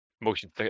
motion